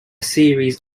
series